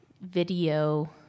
video